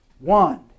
One